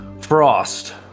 frost